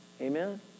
Amen